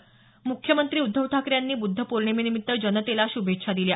म्ख्यमंत्री उद्धव ठाकरे यांनी बुद्ध पौर्णिमेनिमित्त जनतेला श्भेच्छा दिल्या